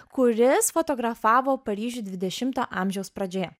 kuris fotografavo paryžių dvidešimo amžiaus pradžioje